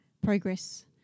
progress